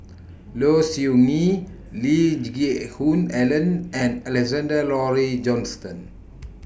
Low Siew Nghee Lee Geck Hoon Ellen and Alexander Laurie Johnston